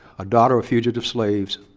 a daughter of fugitive slaves,